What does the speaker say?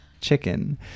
chicken